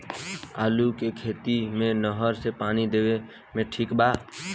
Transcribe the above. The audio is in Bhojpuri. आलू के खेती मे नहर से पानी देवे मे ठीक बा?